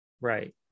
Right